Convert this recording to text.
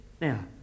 Now